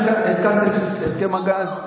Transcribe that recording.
אני שמח שהזכרת את הסכם הגז.